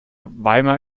weimar